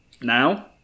now